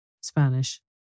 Spanish